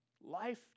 Life